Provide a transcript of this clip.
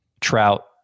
Trout